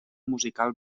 musical